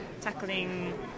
tackling